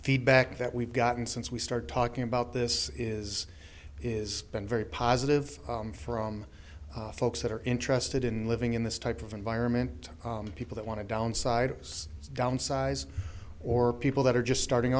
feedback that we've gotten since we started talking about this is is been very positive from folks that are interested in living in this type of environment people that want to downside downsize or people that are just starting